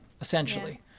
essentially